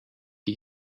die